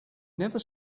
never